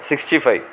sixty five